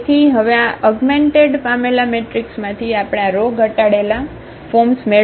તેથી હવે આ અગમેન્ટેડ પામેલા મેટ્રિક્સમાંથી આપણે આ રો ઘટાડેલા ફોર્મ્સ મેળવવી પડશે